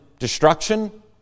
Destruction